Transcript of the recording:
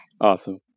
Awesome